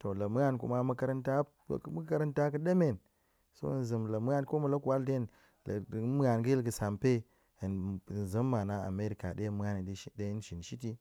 ton la muan kuma makaranta hok a makaranta ga̱ɗemen, so hen zem la muan ko muop la kwal nda̱ hen, muan ga̱yil ga̱sampe hen zem mman a amerika ɗe hen muan da̱ shin shit yi